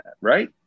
Right